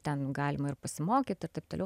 ten galima ir pasimokyt ir taip toliau